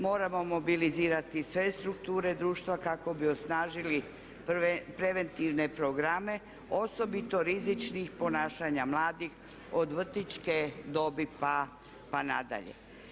Moramo mobilizirati sve strukture društva kako bi osnažili preventivne programe osobito rizičnih ponašanja mladih od vrtićke dobi pa na dalje.